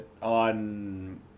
on